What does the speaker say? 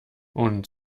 und